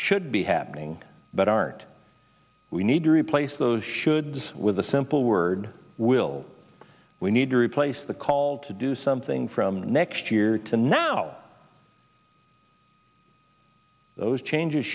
should be happening but aren't we need to replace those should with the simple word will we need to replace the call to do something from next year to now those changes